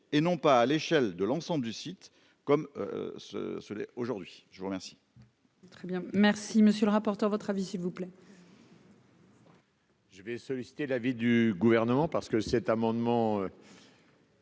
et non pas à l'échelle de l'ensemble du site comme ce ce aujourd'hui, je vous remercie.